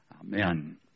Amen